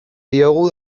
diogu